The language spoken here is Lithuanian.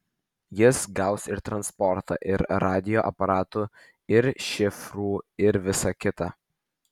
jis gaus ir transportą ir radijo aparatų ir šifrų ir visa kita